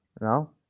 No